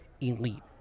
elite